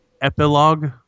epilogue